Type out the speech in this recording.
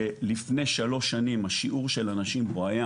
של לפני שלוש שנים השיעור של הנשים הוא היה